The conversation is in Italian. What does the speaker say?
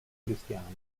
cristiani